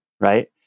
right